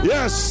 Yes